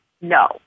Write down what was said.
No